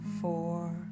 four